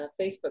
Facebook